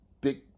big